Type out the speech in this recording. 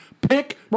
pick